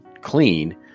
clean